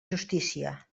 justícia